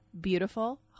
beautiful